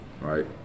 right